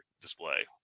display